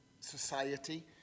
society